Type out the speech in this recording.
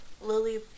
Lily